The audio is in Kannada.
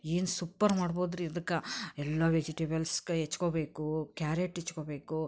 ಏನು ಸೂಪ್ಪರ್ ಮಾಡ್ಬೋದು ರೀ ಇದ್ಕೆ ಎಲ್ಲ ವೆಜಿಟೇಬಲ್ಸ್ ಕ ಹೆಚ್ಕೋಬೇಕು ಕ್ಯಾರೆಟ್ ಹೆಚ್ಕೋಬೇಕು